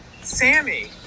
Sammy